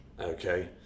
Okay